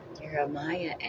Jeremiah